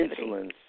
Insulin